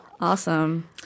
Awesome